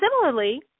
similarly